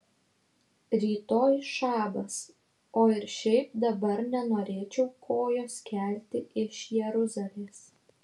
rytoj šabas o ir šiaip dabar nenorėčiau kojos kelti iš jeruzalės